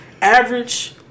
average